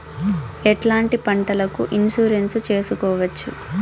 ఎట్లాంటి పంటలకు ఇన్సూరెన్సు చేసుకోవచ్చు?